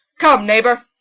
come, neighbour.